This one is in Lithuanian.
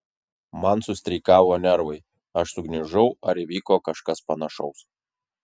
man sustreikavo nervai aš sugniužau ar įvyko kažkas panašaus